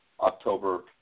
October